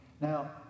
Now